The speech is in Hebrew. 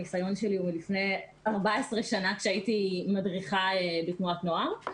הניסיון שלי הוא לפני 14 שנה כשהייתי מדריכה בתנועת נוער,